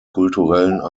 kulturellen